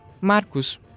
Marcos